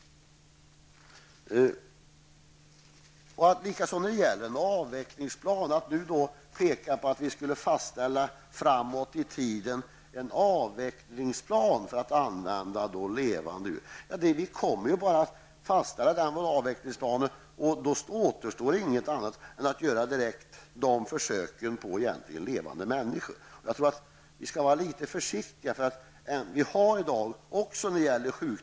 Det har framförts krav på att vi skall fastställa en avvecklingsplan när det gäller försök på levande djur. I och för sig kan man fastställa en avvecklingsplan, men sedan återstår ingenting annat än att göra försök på levande människor. Man bör nog vara litet försiktig i det här fallet.